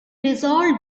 resolved